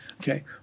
okay